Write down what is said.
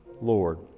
Lord